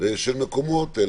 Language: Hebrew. של מקומות.